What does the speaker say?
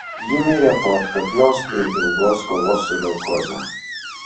ji mirė po atkaklios ir ilgos kovos su leukoze